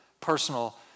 personal